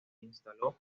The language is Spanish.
instaló